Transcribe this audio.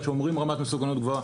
כשאומרים רמת מסוכנות גבוהה,